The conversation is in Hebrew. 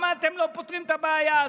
למה אתם לא פותרים את הבעיה הזאת?